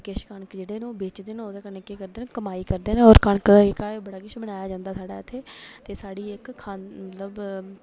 ते किश कनक जेह्ड़े न ओह् बेचदे न जेह्दे कन्नै कमाई करदे न और कनक जेह्का ऐ ओह् मनाया जंदा साढ़ै इत्थै ते साढ़ी इक मतलब